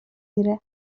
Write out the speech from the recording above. گیره